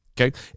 okay